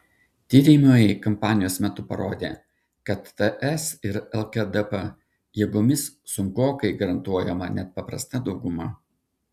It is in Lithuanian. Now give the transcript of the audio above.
tyrimai kampanijos metu parodė kad ts ir lkdp jėgomis sunkokai garantuojama net paprasta dauguma